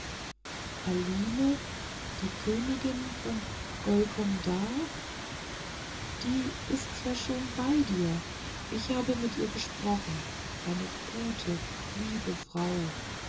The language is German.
aline die königin von golkonda die ist ja schon bei dir ich habe mit ihr gesprochen eine gute liebe frau